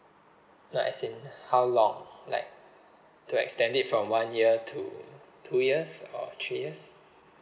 no as in how long like to extend it from one year to two years or three years